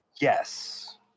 yes